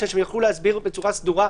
בשביל שהם יוכלו להסביר בצורה סדורה,